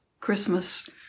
Christmas